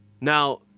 now